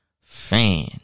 fan